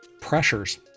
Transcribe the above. pressures